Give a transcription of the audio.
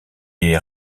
est